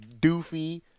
doofy